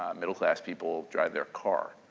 ah middle class people drive their car.